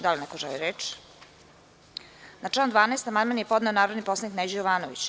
Da li ne ko želi reč? (Ne.) Na član 12. amandman je podneo narodni poslanik Neđo Jovanović.